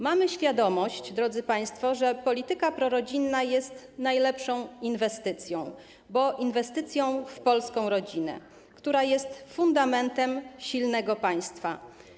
Mamy świadomość, drodzy państwo, że polityka prorodzinna jest najlepszą inwestycją, bo inwestycją w polską rodzinę, która jest fundamentem silnego państwa.